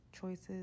choices